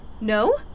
No